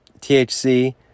THC